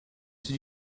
did